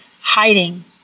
hiding